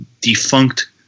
defunct